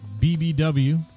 BBW